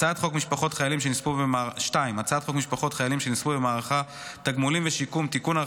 הצעת חוק משפחות חיילים שנספו במערכה (תגמולים ושיקום) (תיקון,